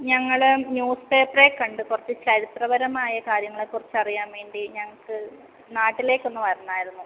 ഞങ്ങൾ ന്യൂസ്പേപ്പറിൽ കണ്ട് കുറച്ച് ചരിത്രപരമായ കാര്യങ്ങളെക്കുറിച്ച് അറിയാൻ വേണ്ടി ഞങ്ങൾക്ക് നാട്ടിലേക്ക് ഒന്ന് വരണമായിരുന്നു